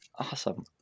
awesome